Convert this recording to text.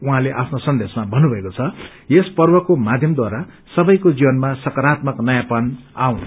उाहँले आफ्नो सन्देशमा भन्नुभएको छ यस पर्वको माध्यमद्वारा सबैको जीवनमा सकारत्मक नयाँपन आउन्